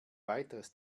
weiteres